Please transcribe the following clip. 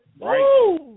right